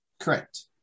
Correct